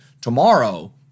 Tomorrow